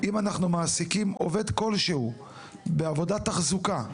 אם אנחנו מעסיקים עובד כלשהו בעבודת תחזוקה,